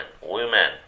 women